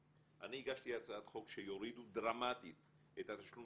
אני הגשתי הצעת חוק שיורידו דרמטית את התשלום